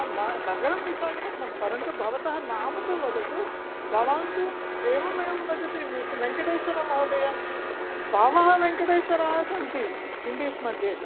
नगरं विशाखपट्णं परन्तु भवतः नाम तु वदतु भवान् तु एवम् एवं वदति वेङ्कटेश्वरमहोदय बहवः वेङ्कटेश्वराः सन्ति इण्डिस् मध्ये